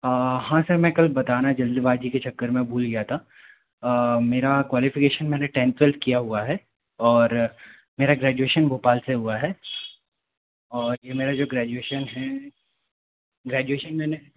हाँ सर मैं कल बताना जल्दीबाज़ी के चक्कर में भूल गया था मेरा क्वालिफ़िकेशन मैंने टेंथ ट्वेल्व किया हुआ हैं और मेरा ग्रेजुएशन भोपाल से हुआ हैं और ये मेरा जो ग्रेजुएशन है ग्रेजुएशन मैंने